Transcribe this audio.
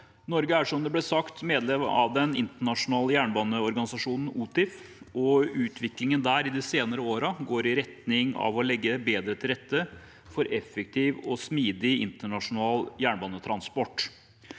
Norge er, som det ble sagt, medlem i den internasjonale jernbaneorganisasjonen OTIF, og utviklingen der i de senere årene går i retning av å legge bedre til rette for effektiv og smidig internasjonal jernbanetransport.